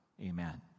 Amen